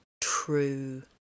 true